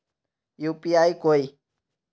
UPI कोई